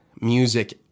music